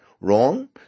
wrong